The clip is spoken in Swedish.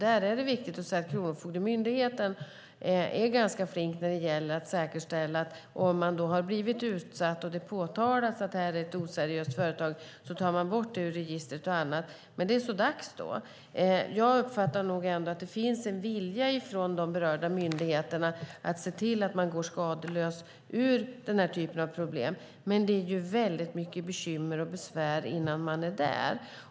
Det är viktigt att se att Kronofogdemyndigheten är ganska flink när det gäller att säkerställa om någon har blivit utsatt och det påtalas att det handlar om ett oseriöst företag. Då tas det bort ur register och annat. Men det är så dags då. Jag uppfattar nog ändå att det finns en vilja från de berörda myndigheterna att se till att man går skadelös ur denna typ av problem. Men det är väldigt mycket bekymmer och besvär innan man är där.